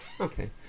Okay